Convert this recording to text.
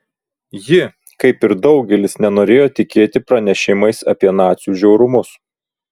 ji kaip ir daugelis nenorėjo tikėti pranešimais apie nacių žiaurumus